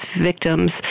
victims